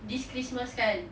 this christmas kan